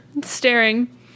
staring